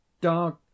Dark